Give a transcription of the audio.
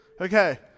Okay